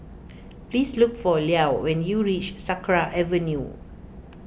please look for Llo when you reach Sakra Avenue